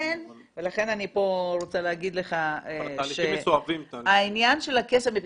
לכן אני פה רוצה להגיד לך שהעניין של הכסף,